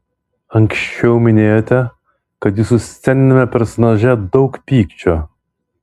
anksčiau minėjote kad jūsų sceniniame personaže daug pykčio